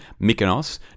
Mykonos